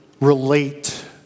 relate